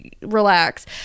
relax